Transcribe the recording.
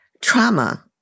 trauma